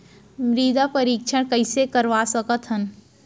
मृदा परीक्षण कइसे करवा सकत हन?